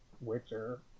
Witcher